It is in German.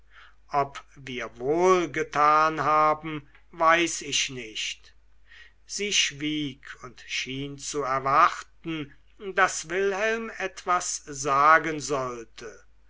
ob wir wohlgetan haben weiß ich nicht sie schwieg und schien zu erwarten daß wilhelm etwas sagen sollte